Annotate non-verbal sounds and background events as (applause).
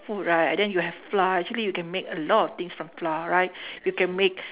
food right and then you have flour actually you can make a lot of things from flour right (breath) you can make